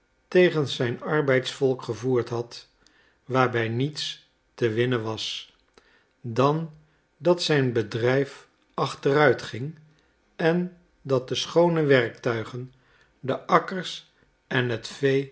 tegen zijn arbeidsvolk gevoerd had waarbij niets te winnen was dan dat zijn bedrijf achteruit ging en dat de schoone werktuigen de akkers en het